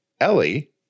Ellie